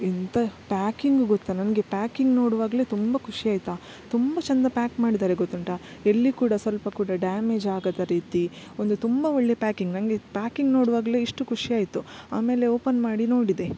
ಎಂತ ಪ್ಯಾಕಿಂಗು ಗೊತ್ತಾ ನನಗೆ ಪ್ಯಾಕಿಂಗ್ ನೋಡುವಾಗಲೇ ತುಂಬ ಖುಷಿಯಾಯ್ತಾ ತುಂಬ ಚಂದ ಪ್ಯಾಕ್ ಮಾಡಿದಾರೆ ಗೊತ್ತುಂಟ ಎಲ್ಲಿ ಕೂಡ ಸ್ವಲ್ಪ ಕೂಡ ಡ್ಯಾಮೇಜ್ ಆಗದ ರೀತಿ ಒಂದು ತುಂಬ ಒಳ್ಳೆ ಪ್ಯಾಕಿಂಗ್ ನಂಗೆ ಪ್ಯಾಕಿಂಗ್ ನೋಡುವಾಗಲೇ ಇಷ್ಟು ಖುಷಿಯಾಯ್ತು ಆಮೇಲೆ ಓಪನ್ ಮಾಡಿ ನೋಡಿದೆ